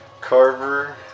Carver